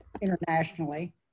internationally